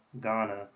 Ghana